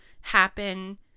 happen